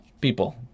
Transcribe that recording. People